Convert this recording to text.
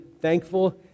thankful